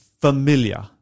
familiar